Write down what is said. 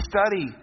study